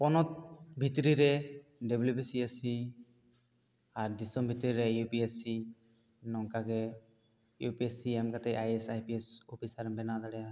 ᱯᱚᱱᱚᱛ ᱵᱷᱤᱛᱨᱤ ᱨᱮ ᱰᱟᱵᱽᱞᱩ ᱵᱤᱥᱤ ᱮᱥ ᱥᱤ ᱟᱨ ᱫᱤᱥᱟᱹᱢ ᱵᱷᱤᱛᱤᱨ ᱨᱮ ᱤᱭᱩ ᱯᱤ ᱮᱥ ᱥᱤ ᱱᱚᱝᱠᱟ ᱜᱮ ᱭᱩ ᱯᱤ ᱮᱥ ᱥᱤ ᱮᱢ ᱠᱟᱛᱮ I A S I P S officer ᱮᱢ ᱵᱮᱱᱟᱣ ᱫᱟᱲᱮᱭᱟᱜᱼᱟ